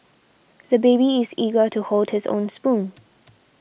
the baby is eager to hold his own spoon